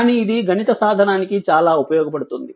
కానీ ఇది గణిత సాధనానికి చాలా ఉపయోగపడుతుంది